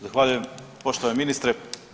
Zahvaljujem poštovani ministre.